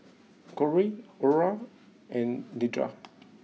Corey Ora and Nedra